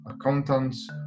accountants